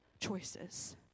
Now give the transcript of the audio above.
choices